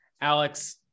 Alex